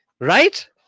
Right